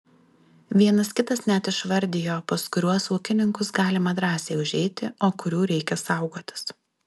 vienas kitas net išvardijo pas kuriuos ūkininkus galima drąsiai užeiti o kurių reikia saugotis